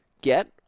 get